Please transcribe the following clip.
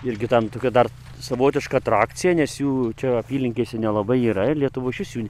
irgi tam kad dar savotiška atrakcija nes jų čia apylinkėse nelabai yra ir lietuvoj iš vis jų